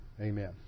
Amen